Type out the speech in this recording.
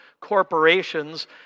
corporations